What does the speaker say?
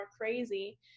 crazy